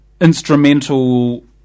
instrumental